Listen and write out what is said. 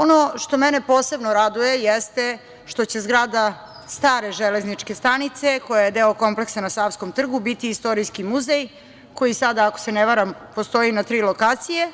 Ono što mene posebno raduje jeste što će zgrada stare železničke stanice, koja je deo kompleksa na Savskom trgu, biti istorijski muzej, koji sada, ako se ne varam, postoji na tri lokacije,